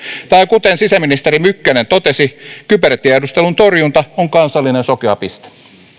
tai kuten sisäministeri mykkänen totesi kybertiedustelun torjunta on kansallinen sokea piste